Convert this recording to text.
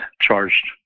charged